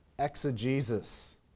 exegesis